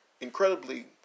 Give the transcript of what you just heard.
incredibly